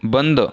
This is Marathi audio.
बंद